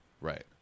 Right